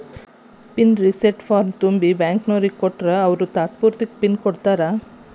pin reset ಫಾರ್ಮ್ನ ತುಂಬಿ ಬ್ಯಾಂಕ್ನೋರಿಗ್ ಕೊಟ್ರ ಅವ್ರು ತಾತ್ಪೂರ್ತೆಕ ಪಿನ್ ಕೊಡ್ತಾರಾ